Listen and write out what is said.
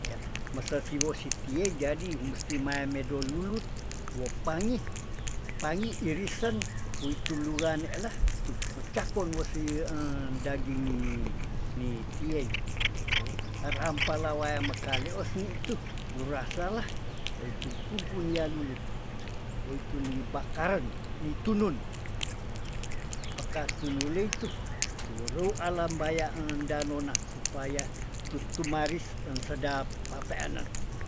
Iyah mese siwo sitie jadi mustimae medolulut wopangi pangi irisen wi tulua nela tu pecahkon wesih daging ni ni tiey woh rampa lawaye mekale osnituh rulah salah woitu pumpun lialulut woituni bakaren nitunun peka tunuleitu turu alam baya engdanona supaya tutumaris ensedap papeanen.